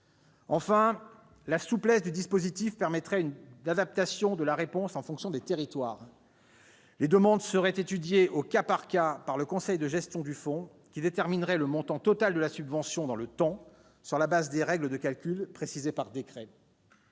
Enfin, la souplesse du dispositif permettrait une adaptation de la réponse en fonction des territoires. Les demandes seraient étudiées au cas par cas par le conseil de gestion du fonds, qui déterminerait le montant total de la subvention dans le temps, sur la base des règles de calcul précisées par décret.